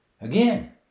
Again